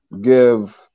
give